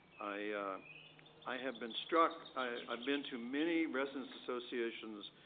i i have been struck i've been to many residence associations